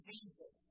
Jesus